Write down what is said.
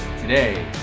Today